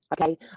Okay